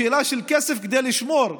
שאלה של כסף כדי לשמור.